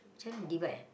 macam mana divide eh